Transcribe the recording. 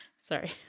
Sorry